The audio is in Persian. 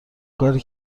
کاری